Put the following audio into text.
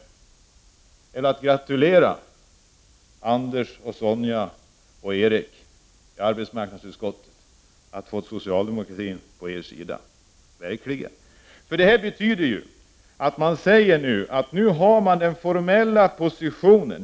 Ni är verkligen att gratulera, Anders, Sonja och Erik i arbetsmarknadsutskottet, för att ni har fått socialdemokratin över på er sida! Man säger att nu har man den formella positionen.